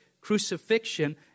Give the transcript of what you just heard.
crucifixion